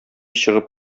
чыгып